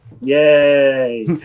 yay